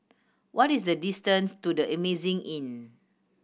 what is the distance to The Amazing Inn